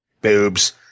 boobs